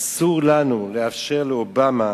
אסור לנו לאפשר לאובמה,